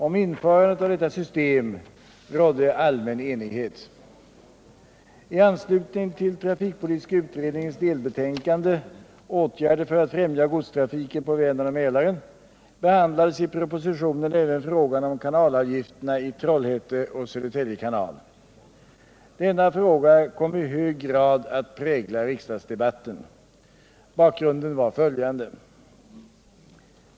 Om införandet av detta system rådde allmän enighet. I anslutning till trafikpolitiska utredningens delbetänkande ” Åtgärder för att främja godstrafiken på Vänern och Mälaren” behandlades i propositionen även frågan om kanalavgifterna i Trollhätte och Södertälje kanal. Denna fråga kom i hög grad att prägla riksdagsdebatten. Bakgrunden var följande.